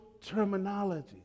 terminology